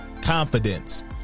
confidence